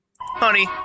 honey